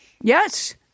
Yes